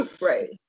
right